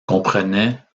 comprenait